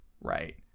right